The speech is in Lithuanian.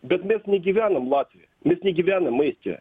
bet mes negyvenam latvijoje mes negyvenam estijoje